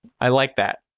i like that.